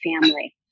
family